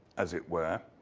as it were,